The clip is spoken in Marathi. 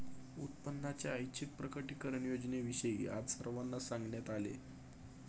उत्पन्नाच्या ऐच्छिक प्रकटीकरण योजनेविषयी आज सर्वांना सांगण्यात आले